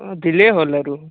অ' দিলেই হ'ল আৰু